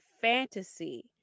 fantasy